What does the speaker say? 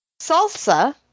salsa